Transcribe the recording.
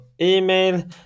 email